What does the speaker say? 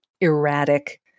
erratic